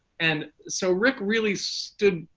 and so rick really stood,